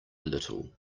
little